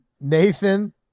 Nathan